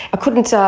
couldn't ah